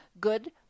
good